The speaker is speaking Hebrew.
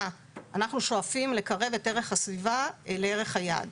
אנחנו שואפים לקרב את ערך הסביבה לערך היעד.